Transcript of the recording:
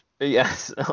Yes